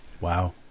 Wow